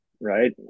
Right